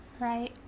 Right